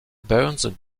burns